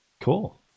Cool